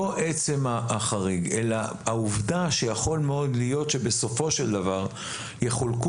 לא עצם החריג אלא העובדה שיכול מאוד להיות שבסופו של דבר יחולקו